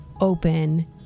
open